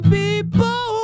people